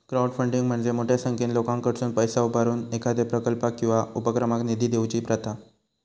crowdfunding म्हणजे मोठ्यो संख्येन लोकांकडसुन पैसा उभारून एखाद्यो प्रकल्पाक किंवा उपक्रमाक निधी देऊची प्रथा